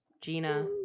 gina